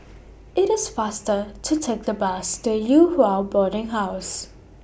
IT IS faster to Take The Bus to Yew Hua Boarding House